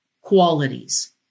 qualities